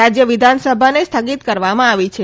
રાજ્ય વિધાનસભાને સ્થગિત કરવામાં આવી છે